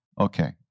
Okay